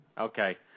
Okay